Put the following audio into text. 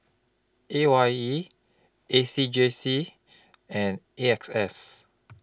A Y E A C J C and A X S